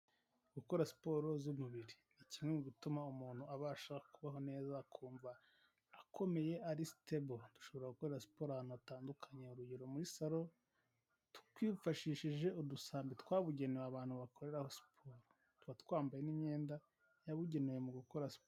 Gukora siporo z'umubiri ni kimwe mu bituma umuntu abasha kubaho neza akumva akomeye ari stable, dushobora gukora siporo ahantu hatandukanye, urugero muri salon twifashishije udusambi twabugenewe abantu bakoreraho siporo tuba twambaye n'imyenda yabugenewe mu gukora siporo.